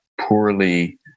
poorly